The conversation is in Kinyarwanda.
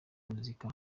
muzika